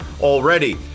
already